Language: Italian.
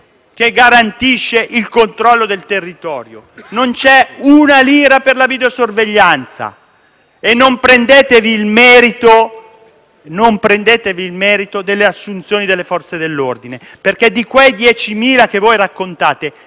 che garantisca il controllo del territorio, non c'è un euro per la videosorveglianza. E non prendetevi il merito delle assunzioni nelle Forze dell'ordine, perché di quelle 10.000 assunzioni che voi raccontate,